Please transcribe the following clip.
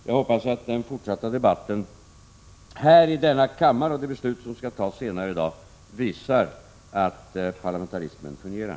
Jag hoppas att den fortsatta debatten här i denna kammare och det beslut som skall fattas senare i dag visar att parlamentarismen fungerar.